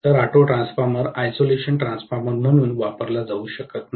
तर auto transformer isolation transformer म्हणून वापरला जाऊ शकत नाही